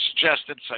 suggested